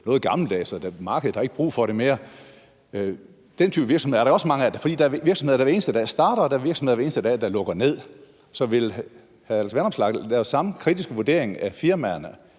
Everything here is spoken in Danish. noget gammeldags og markedet ikke har brug for det mere. Den type virksomheder er der også mange af. For hver eneste dag er der virksomheder, der starter, og hver eneste dag er der virksomheder, der lukker ned. Så vil hr. Alex Vanopslagh lave samme kritiske vurdering af firmaerne,